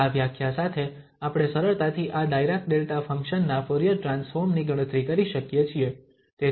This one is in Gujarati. અને આ વ્યાખ્યા સાથે આપણે સરળતાથી આ ડાયરાક ડેલ્ટા ફંક્શન ના ફુરીયર ટ્રાન્સફોર્મ ની ગણતરી કરી શકીએ છીએ